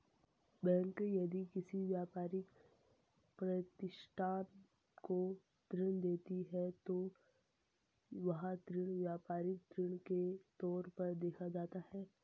bank यदि किसी व्यापारिक प्रतिष्ठान को ऋण देती है तो वह ऋण व्यापारिक ऋण के तौर पर देखा जाता है